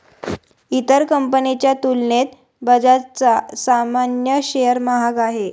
इतर कंपनीच्या तुलनेत बजाजचा सामान्य शेअर महाग आहे